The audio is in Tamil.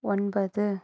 ஒன்பது